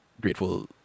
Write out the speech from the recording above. grateful